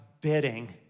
bidding